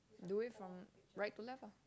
do it from right to left ah